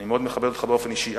אני מאוד מכבד אותך באופן אישי,